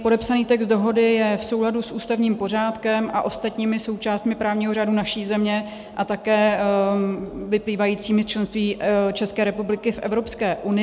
Podepsaný text dohody je v souladu s ústavním pořádkem a ostatními součástmi právního řádu naší země a také vyplývajícími z členství České republiky v Evropské unii.